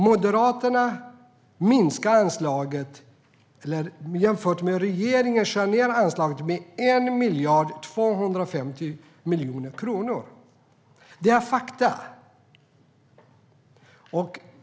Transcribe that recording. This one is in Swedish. Moderaterna minskar anslaget, eller skär jämfört med regeringen ned anslaget, med 1 250 miljoner kronor. Det är fakta.